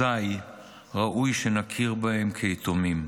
אזי ראוי שנכיר בהם כיתומים.